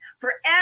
forever